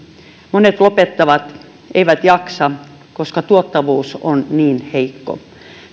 monet lopettavat eivät jaksa koska tuottavuus on niin heikko tämä